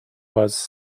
was